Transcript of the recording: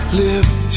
lift